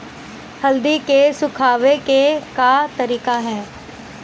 हल्दी के सुखावे के का तरीका ह?